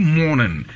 morning